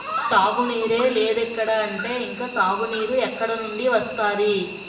తాగునీరే లేదిక్కడ అంటే ఇంక సాగునీరు ఎక్కడినుండి వస్తది?